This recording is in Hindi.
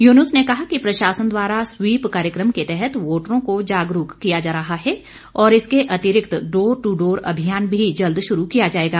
यूनुस ने कहा कि प्रशासन द्वारा स्वीप कार्यक्रम के तहत वोटरों को जागरूक किया जा रहा है और इसके अतिरिक्त डोर टू डोर अभियान भी जल्द शुरू किया जाएगा